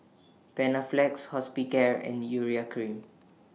Panaflex Hospicare and Urea Cream